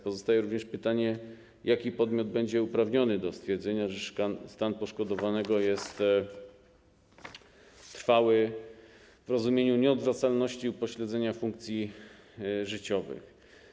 Pozostaje również pytanie, który podmiot będzie uprawniony do stwierdzenia, że stan poszkodowanego jest trwały w rozumieniu nieodwracalności upośledzenia funkcji życiowych.